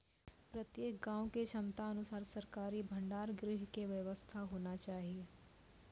प्रत्येक गाँव के क्षमता अनुसार सरकारी भंडार गृह के व्यवस्था होना चाहिए?